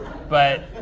but